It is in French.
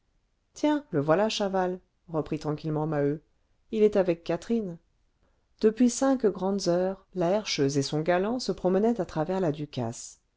tiens le voilà chaval reprit tranquillement maheu il est avec catherine depuis cinq grandes heures la herscheuse et son galant se promenaient à travers la ducasse